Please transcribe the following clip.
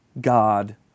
God